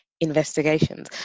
investigations